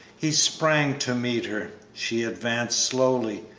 he sprang to meet her, she advanced slowly.